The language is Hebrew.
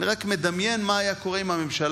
אני רק מדמיין מה היה קורה אם הממשלה